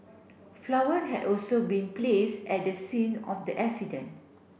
flower had also been place at the scene of the accident